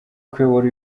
kuyobora